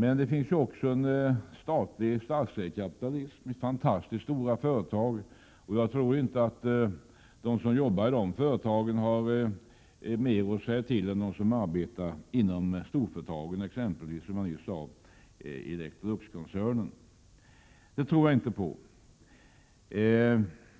Men det finns också en statsägd kapitalism i fantastiskt stora företag. Jag tror inte att de som arbetar i de företagen har mer att säga till om än de som arbetar inom de privata storföretagen såsom t.ex. Electroluxkoncernen.